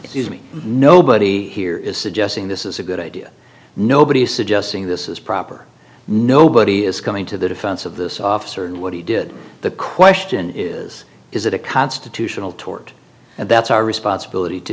texted me nobody here is suggesting this is a good idea nobody is suggesting this is proper nobody is coming to the defense of this officer and what he did the question is is it a constitutional tort that's our responsibility to